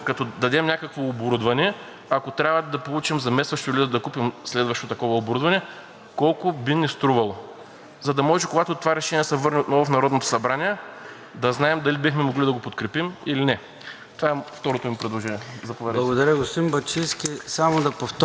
За да може, когато това решение се върне отново в Народното събрание, да знаем дали бихме могли да го подкрепим или не. Това е второто ми предложение, заповядайте. ПРЕДСЕДАТЕЛ ЙОРДАН ЦОНЕВ: Благодаря, господин Бачийски. Само да повторите по точка първа „без да отслаби отбранителната способност на страната“ къде да бъде,